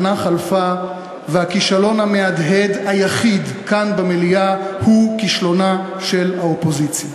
שנה חלפה והכישלון המהדהד היחיד כאן במליאה הוא כישלונה של האופוזיציה.